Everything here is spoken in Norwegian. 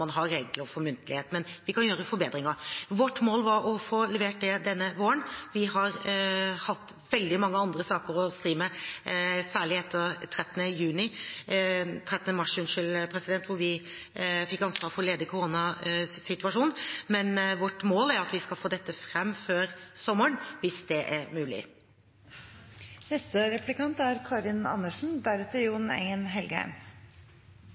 regler for muntlighet. Men vi kan gjøre forbedringer. Vårt mål var å få levert det denne våren. Vi har hatt veldig mange andre saker å stri med, særlig etter 13. mars, hvor vi fikk ansvar for å lede koronasituasjonen, men vårt mål er at vi skal få dette fram før sommeren, hvis det er mulig. Utvalgene som har utredet dette, har påpekt at det er